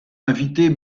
inviter